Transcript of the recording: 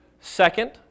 Second